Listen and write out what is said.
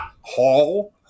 Hall